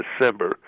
december